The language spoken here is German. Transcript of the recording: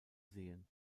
sehen